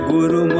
Guru